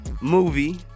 movie